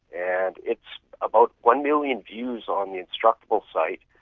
and it's about one million views on the instructables site.